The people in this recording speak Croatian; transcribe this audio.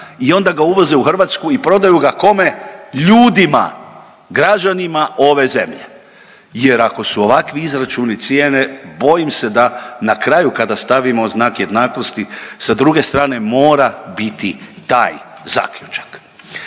i onda ga uvoze u Hrvatsku i prodaju ga kome, ljudima, građanima ove zemlje, jer ako su ovakvi izračuni cijene, bojim se da na kraju kada stavimo znak jednakosti, sa druge strane mora biti taj zaključak.